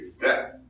death